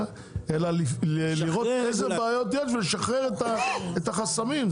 אלא לראות איזה בעיות יש ולשחרר את החסמים.